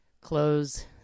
close